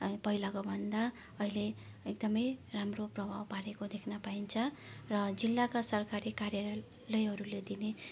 पहिलाको भन्दा अहिले एकदमै राम्रो प्रभाव पारेको देख्न पाइन्छ र जिल्लाका सरकारी कार्यालयहरूले दिने